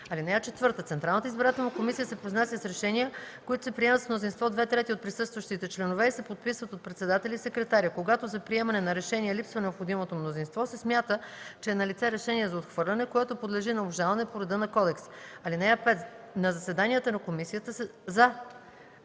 членовете й. (4) Общинската избирателна комисия се произнася с решения, които се приемат с мнозинство две трети от присъстващите членове и се подписват от председателя и секретаря. Когато за приемане на решение липсва необходимото мнозинство, се смята, че е налице решение за отхвърляне, което подлежи на обжалване по реда на кодекса. (5) За заседанията на комисията се